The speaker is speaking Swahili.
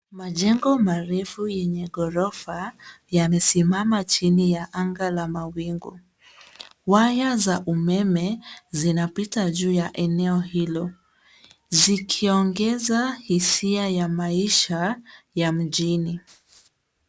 Majengo marefu yenye ghorofa yamesimama chini ya anga la mawingu. Nyaya za umeme zinapita juu ya eneo hilo zikiongeza hisia ya maisha ya mjini.